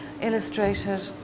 illustrated